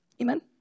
Amen